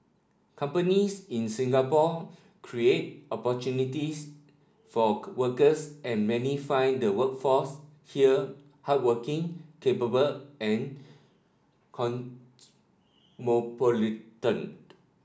companies in Singapore create opportunities for workers and many find the workforce here hardworking capable and